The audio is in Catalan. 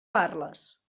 parles